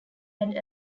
had